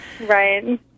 Right